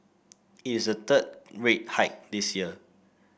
it is the third rate hike this year